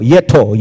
Yeto